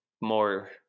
more